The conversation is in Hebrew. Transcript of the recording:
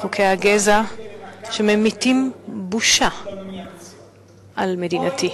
חוקי הגזע שממיטים בושה על מדינתי.